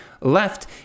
left